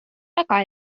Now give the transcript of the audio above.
väga